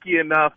enough